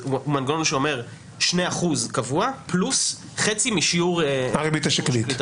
זה מנגנון שאומר שני אחוזים קבוע פלוס חצי משיעור הריבית השקלית.